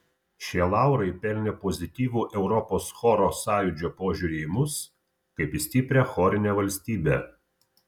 šie laurai pelnė pozityvų europos choro sąjūdžio požiūrį į mus kaip į stiprią chorinę valstybę